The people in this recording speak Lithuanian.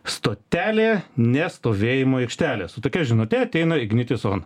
stotelė ne stovėjimo aikštelė su tokia žinute ateina ignitis on